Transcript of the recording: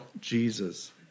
Jesus